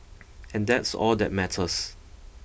and that's all that matters